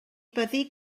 byddi